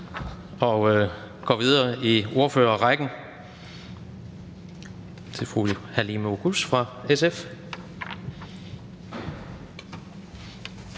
og går videre i ordførerrækken til fru Halime Oguz fra SF.